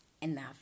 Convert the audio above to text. enough